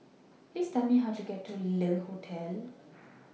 Please Tell Me How to get to Le Hotel